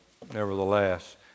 nevertheless